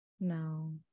No